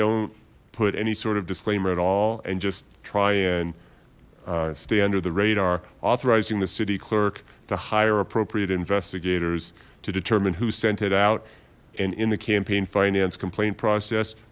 don't put any sort of disclaimer at all and just try and stay under the radar authorizing the city clerk to hire appropriate investigators to determine who sent it out and in the campaign finance complaint process